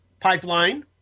pipeline